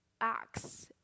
acts